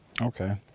Okay